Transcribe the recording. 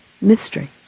mystery